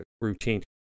routine